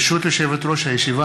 ברשות יושבת-ראש הישיבה,